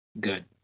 good